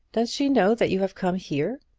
does she know that you have come here?